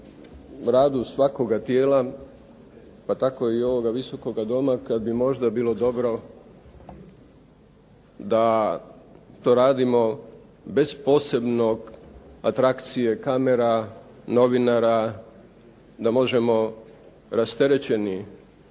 radu svakoga tijela pa tako i ovoga Visokoga doma kada bi možda bilo dobro da to radimo bez posebne atrakcije, kamera, novinara, da možemo rasterećeni